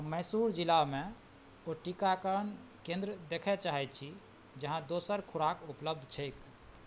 मैसूर जिलामे ओ टीकाकरण केन्द्र देखै चाहै छी जहाँ दोसर खोराक उपलब्ध छै